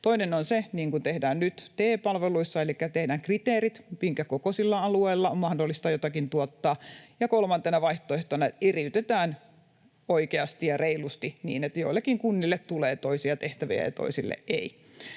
Toinen on se, niin kuin tehdään nyt TE-palveluissa, että tehdään kriteerit, minkäkokoisilla alueilla on mahdollista jotakin tuottaa. Ja kolmantena vaihtoehtona eriytetään oikeasti ja reilusti niin, että joillekin kunnille tulee toisia tehtäviä ja toisille ei.